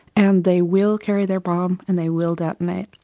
and they will carry their bomb, and they will detonate,